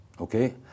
okay